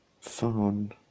phone